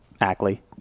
Ackley